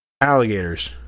Alligators